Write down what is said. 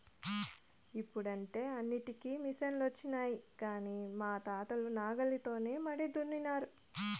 ఇప్పుడంటే అన్నింటికీ మిసనులొచ్చినాయి కానీ మా తాతలు నాగలితోనే మడి దున్నినారు